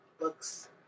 Books